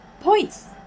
points